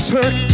Turk